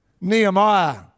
Nehemiah